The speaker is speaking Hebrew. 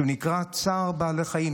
נקרא צער בעלי חיים,